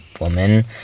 woman